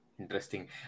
Interesting